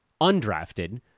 undrafted